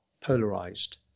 polarized